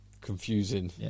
confusing